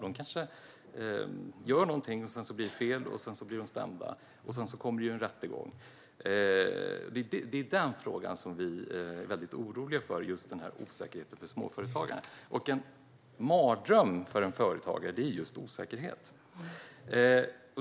De kanske gör något som blir fel och blir stämda, och sedan blir det en rättegång. Det är just denna osäkerhet för småföretagare som vi är oroliga för, och en mardröm för en företagare är just osäkerhet.